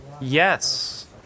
Yes